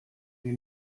die